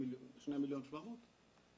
2.7 מיליון?